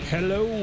Hello